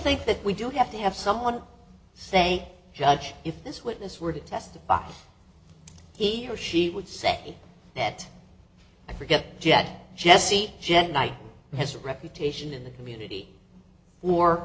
think that we do have to have someone say judge if this witness were to testify he or she would say that i forget jet jesse gen y has a reputation in the community mor